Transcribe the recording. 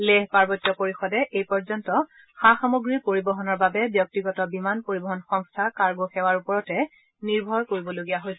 লেহ পাৰ্বত্য পৰিষদে এইপৰ্যন্ত সা সামগ্ৰীৰ পৰিবহণৰ বাবে ব্যক্তিগত বিমান পৰিবহণ সংস্থাৰ কাৰ্গো সেৱাৰ ওপৰতে নিৰ্ভৰ কৰিবলগীয়া হৈছিল